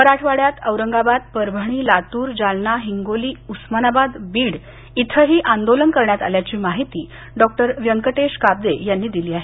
मराठवाड्यात औरंगाबाद परभणी लातूर जालना हिंगोली उस्मानाबाद बीड इथही आंदोलनं करण्यात आली असल्याची माहिती डॉ व्यंकटेश काब्दे यांनी दिली आहे